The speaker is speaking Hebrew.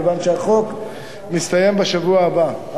מכיוון שתוקף החוק מסתיים בשבוע הבא.